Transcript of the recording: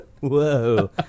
Whoa